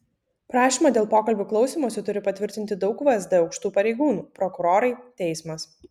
prašymą dėl pokalbių klausymosi turi patvirtinti daug vsd aukštų pareigūnų prokurorai teismas